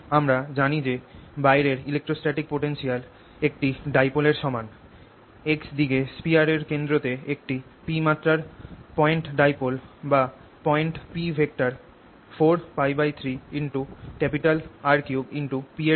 আমরা জানি যে বাইরের ইলেকট্রস্ট্যাটিক পোটেনশিয়াল একটি ডাইপোল এর সমান x দিকে স্ফিয়ার এর কেন্দ্র তে একটি P মাত্রার পয়েন্ট ডাইপোল বা পয়েন্ট P ভেক্টর 4π 3R3P এর সমান